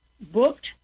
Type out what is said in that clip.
booked